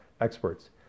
experts